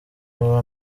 wowe